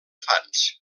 fans